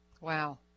wow